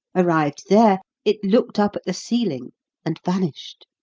arrived there, it looked up at the ceiling and vanished.